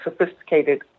sophisticated